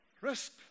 Risk